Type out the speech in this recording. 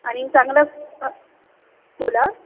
आणि चांगला बोला